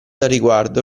riguardo